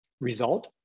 result